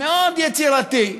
מאוד יצירתי,